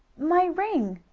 my ring!